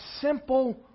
simple